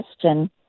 question